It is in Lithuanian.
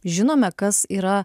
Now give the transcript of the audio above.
žinome kas yra